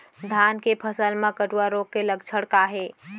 धान के फसल मा कटुआ रोग के लक्षण का हे?